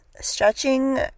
stretching